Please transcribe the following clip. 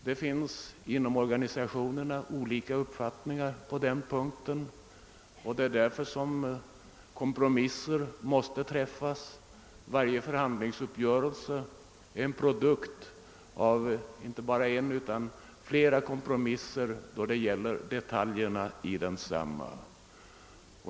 Det finns inom organisationerna olika uppfattningar på den punkten, och därför måste kompromisser träffas; varje förhandlingsuppgörelse är en produkt av inte bara en utan flera kompromisser i fråga om detaljerna.